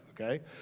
Okay